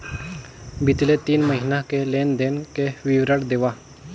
बितले तीन महीना के लेन देन के विवरण देवा?